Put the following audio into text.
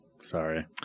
Sorry